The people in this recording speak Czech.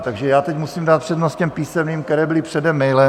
Takže teď musím dát přednost těm písemným, které byly předem mailem.